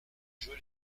jeu